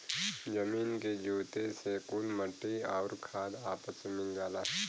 जमीन के जोते से कुल मट्टी आउर खाद आपस मे मिल जाला